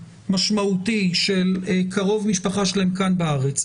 משמעותי של קרוב משפחה שלהם כאן בארץ,